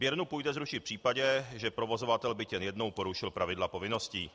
Sběrnu půjde zrušit v případě, že provozovatel byť jen jednou porušil pravidla povinností.